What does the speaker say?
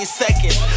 seconds